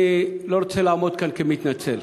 אני לא רוצה לעמוד כאן כמתנצל.